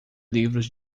livros